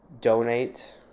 donate